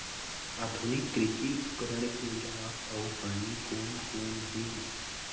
आधुनिक कृषि उपकरण के लाभ अऊ हानि कोन कोन हे?